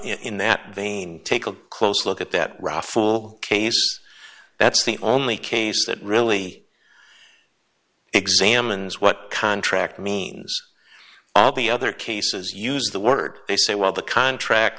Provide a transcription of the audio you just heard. that vein take a close look at that raffle case that's the only case that really examines what contract means abbi other cases use the word they say well the contract